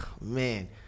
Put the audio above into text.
man